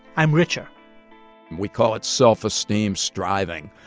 i'm richer we call it self-esteem striving.